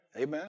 Amen